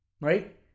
right